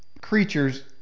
creatures